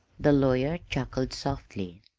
the lawyer chuckled softly.